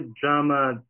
drama